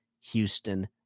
Houston